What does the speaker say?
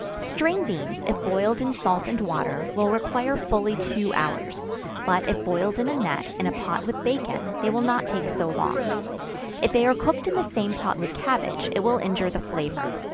string beans, if boiled in salt and water, will require fully two hours but if boiled in a net, in a pot with bacon, they will not take so long if they are cooked in the same pot with cabbage, it will injure the flavor.